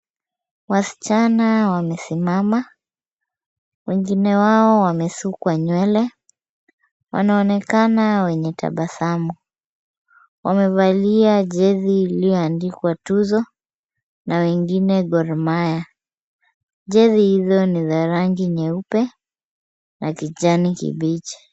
Wasichana wamesimama, wengine wao wamesukwa nywele, wanaonekana wenye tabasamu. Wamevalia jezi iliyoandikwa Tuzo na wengine Gor Mahia. Jezi hizo ni za rangi nyeupe na kijani kibichi.